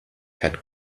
had